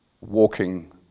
walking